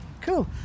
Cool